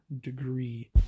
degree